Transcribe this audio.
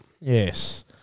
Yes